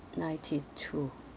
ninety two